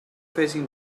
facing